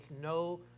no